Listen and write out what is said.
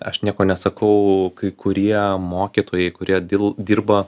aš nieko nesakau kai kurie mokytojai kurie dil dirba